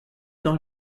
dans